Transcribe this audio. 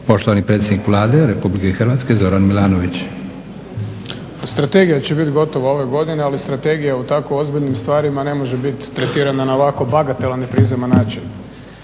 poštovani predsjednik Vlade RH Zoran Milanović. **Milanović, Zoran (SDP)** Strategija će biti gotova ove godine, ali strategija u tako ozbiljnim stvarima ne može biti tretirana na ovako bagatelan i prizeman način.